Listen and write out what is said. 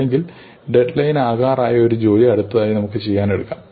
അല്ലെങ്കിൽ deadline ആകാറായ ജോലി അടുത്തതായി ചെയ്യാൻ നമുക്ക് എടുക്കാം